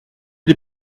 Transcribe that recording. des